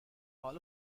all